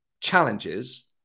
challenges